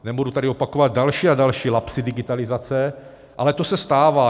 Nebudu tady opakovat další a další lapsy digitalizace, ale to se stává.